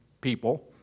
people